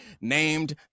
named